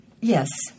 Yes